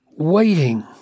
Waiting